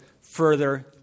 further